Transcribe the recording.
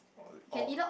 orh it orh